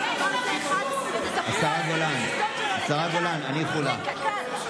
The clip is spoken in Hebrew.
השרה גולן, השרה גולן, הניחו לה.